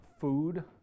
food